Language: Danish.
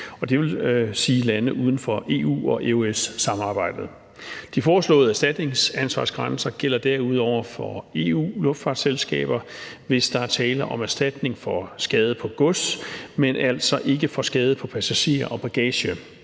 det vil sige lande uden for EU og EØS-samarbejdet. De foreslåede erstatningsansvarsgrænser gælder derudover for EU-luftfartsselskaber, hvis der er tale om erstatning for skade på gods, men altså ikke for skade på passagerer og bagage.